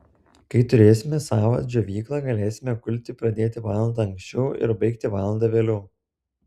kai turėsime savą džiovyklą galėsime kulti pradėti valanda anksčiau ir baigti valanda vėliau